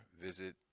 visit